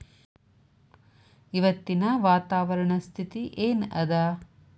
ಇವತ್ತಿನ ವಾತಾವರಣ ಸ್ಥಿತಿ ಏನ್ ಅದ?